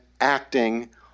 acting